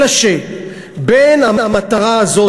אלא שבין המטרה הזאת,